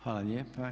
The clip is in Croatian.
Hvala lijepa.